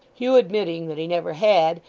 hugh admitting that he never had,